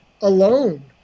alone